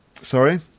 Sorry